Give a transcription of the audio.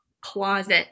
closet